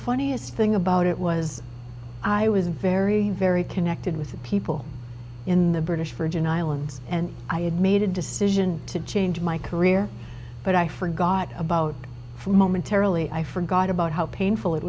funniest thing about it was i was very very connected with the people in the british virgin islands and i had made a decision to change my career but i forgot about momentarily i forgot about how painful it